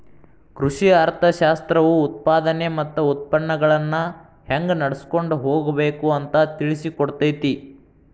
ಕೃಷಿ ಅರ್ಥಶಾಸ್ತ್ರವು ಉತ್ಪಾದನೆ ಮತ್ತ ಉತ್ಪನ್ನಗಳನ್ನಾ ಹೆಂಗ ನಡ್ಸಕೊಂಡ ಹೋಗಬೇಕು ಅಂತಾ ತಿಳ್ಸಿಕೊಡತೈತಿ